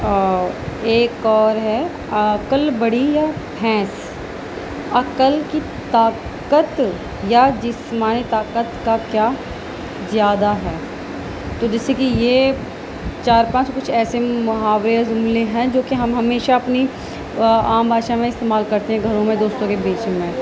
اور ایک اور ہے عقل بڑی یا بھینس عقل کی طاقت یا جسمانی طاقت کا کیا زیادہ ہے تو جس سے کہ یہ چارپانچ کچھ ایسے محاورے جملے ہیں جو کہ ہم ہمیشہ اپنی عام بھاشا میں استعمال کرتے ہیں گھروں میں دوستوں کے بیچ میں